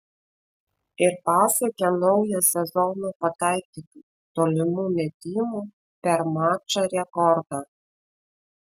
ir pasiekė naują sezono pataikytų tolimų metimų per mačą rekordą